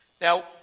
Now